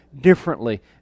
differently